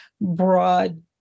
broad